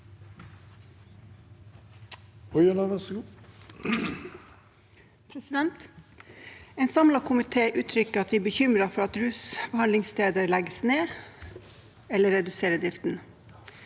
En samlet komité ut- trykker at vi er bekymret for at rusbehandlingssteder legges ned eller reduserer driften.